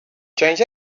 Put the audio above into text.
change